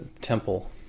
Temple